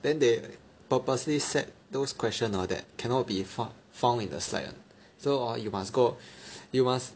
then they purposely set those question hor that cannot be fou~ found in the slide [one] so hor you must go you must